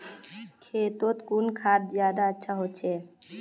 खेतोत कुन खाद ज्यादा अच्छा होचे?